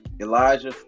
Elijah